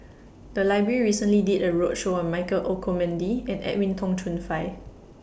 The Library recently did A roadshow on Michael Olcomendy and Edwin Tong Chun Fai